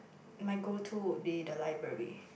my go to will be the library